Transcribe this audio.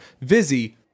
Vizzy